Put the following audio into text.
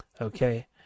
Okay